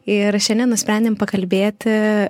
ir šiandien nusprendėm pakalbėti